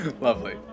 lovely